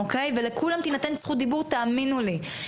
לכולם תינתן זכות דיבור, תאמינו לי.